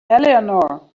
eleanor